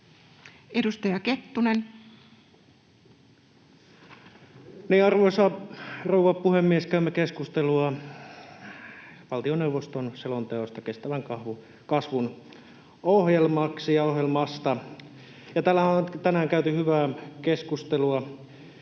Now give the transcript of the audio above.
Content: Niin, arvoisa rouva puhemies, käymme keskustelua valtioneuvoston selonteosta kestävän kasvun ohjelmaksi ja ohjelmasta. Täällähän on tänään käyty hyvää keskustelua,